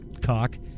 cock